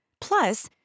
Plus